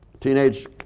Teenage